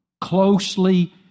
closely